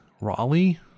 raleigh